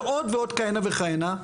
ועוד כהנה וכהנה.